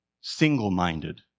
single-minded